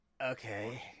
Okay